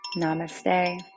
namaste